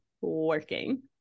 working